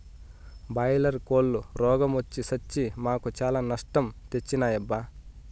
boiler కోల్లు రోగ మొచ్చి సచ్చి మాకు చాలా నష్టం తెచ్చినాయబ్బా